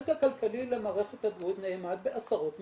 הנזק הכלכלי למערכת הבריאות נאמד בעשרות מיליארדים.